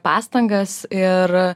pastangas ir